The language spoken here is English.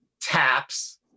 taps